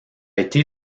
été